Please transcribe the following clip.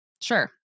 sure